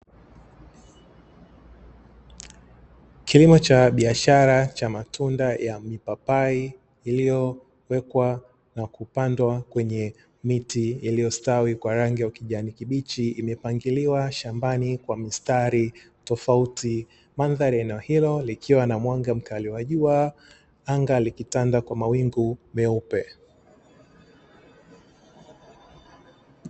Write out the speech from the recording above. Kilimo cha biashara cha matunda ya mpapai iliyowekwa na kupandwa kwenye miti iliyostawi kwa rangi ya kijani kibichi imepangiliwa shambani kwa mistari tofauti. Mandhari ya eneo hilo likiwa na mwanga mkali wa jua, anga likitanda kwa mawingu meupe.